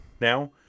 now